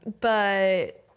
But-